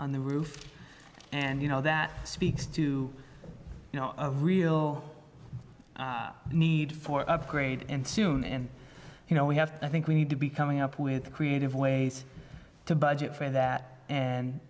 on the roof and you know that speaks to a real need for upgrade and soon and you know we have to i think we need to be coming up with creative ways to budget for that and